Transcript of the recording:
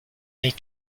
need